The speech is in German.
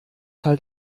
halt